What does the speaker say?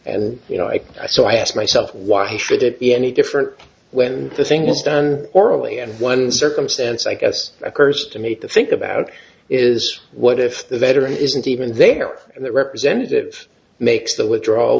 and you know it so i ask myself why should it be any different when the thing is done orally and one circumstance i guess occurs to meet the think about is what if the veteran isn't even there and the representative makes the withdrawal